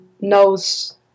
knows